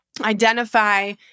identify